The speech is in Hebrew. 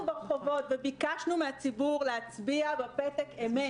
ברחובות וביקשנו מהציבור להצביע בפתק "אמ"ת"